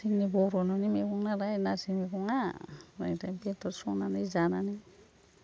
जोंनि बर'निनो मैगं नालाय नारजि मैगंआ बेजों दा बेदर संनानै जानानै